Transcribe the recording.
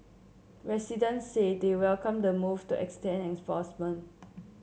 residents say they welcome the move to extend enforcement